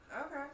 Okay